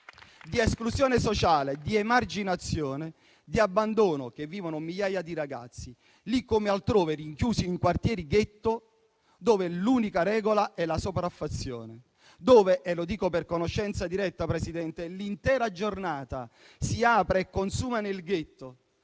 di esclusione sociale, di emarginazione e di abbandono che vivono migliaia di ragazzi, lì come altrove rinchiusi in quartieri ghetto, dove l'unica regola è la sopraffazione, dove - lo dico per conoscenza diretta, Presidente - l'intera giornata si apre e si consuma nel ghetto,